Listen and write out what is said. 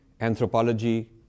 anthropology